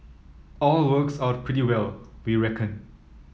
all works out pretty well we reckon